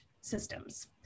systems